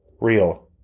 Real